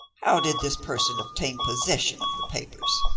how did this person obtain possession of the papers?